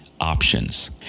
options